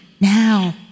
now